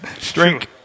Drink